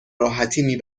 راحتی